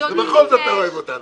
ובכל זאת אתה אוהב אותנו.